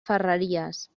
ferreries